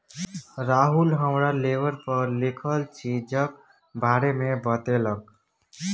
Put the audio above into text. राहुल हमरा लेवल पर लिखल चीजक बारे मे बतेलक